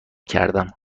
کردم